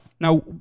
Now